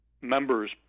members